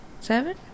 seven